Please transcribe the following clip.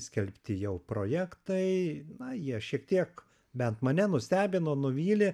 skelbti jau projektai na jie šiek tiek bent mane nustebino nuvylė